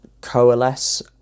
coalesce